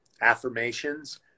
affirmations